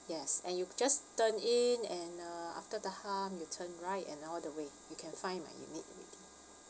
yes and you just turn in and uh after the hump you turn right and all the way you can find my unit already